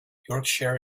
yorkshire